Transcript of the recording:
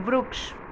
વૃક્ષ